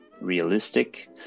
realistic